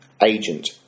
agent